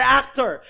actor